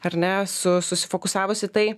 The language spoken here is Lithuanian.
ar ne su susifokusavus į tai